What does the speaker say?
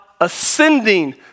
ascending